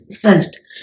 first